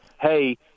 hey